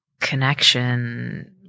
connection